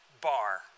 bar